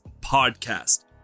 podcast